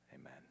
Amen